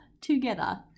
together